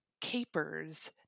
capers